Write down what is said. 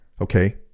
okay